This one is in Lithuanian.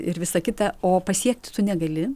ir visa kita o pasiekti tu negali